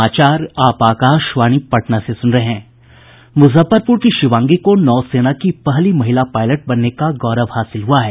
मुजफ्फरपुर की शिवांगी को नौ सेना की पहली महिला पायलट बनने का गौरव हासिल हुआ है